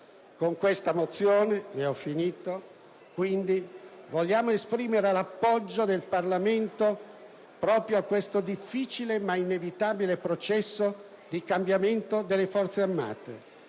Con questa mozione, quindi, vogliamo esprimere l'appoggio del Parlamento proprio a questo difficile ma inevitabile processo di cambiamento delle nostre Forze